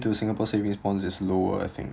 to singapore savings bonds is lower I think